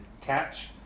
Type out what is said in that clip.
catch